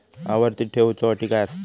आवर्ती ठेव च्यो अटी काय हत?